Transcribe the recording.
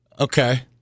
Okay